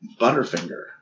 Butterfinger